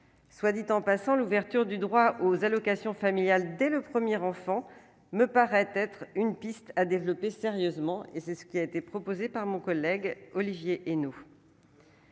soit dit en passant, l'ouverture du droit aux allocations familiales dès le 1er enfant me paraît être une piste à développer sérieusement et c'est ce qui a été proposé par mon collègue Olivier Henno.